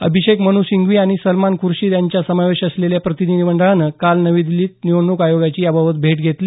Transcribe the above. अभिषेक मनू सिंघवी आणि सलमान ख्र्शीद यांचा समावेश असलेल्या प्रतिनिधी मंडळानं काल नवी दिछीत निवडणूक आयोगाची याबाबत भेट घेतली